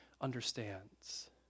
understands